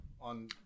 on